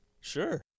Sure